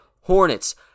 Hornets